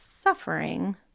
suffering